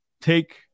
take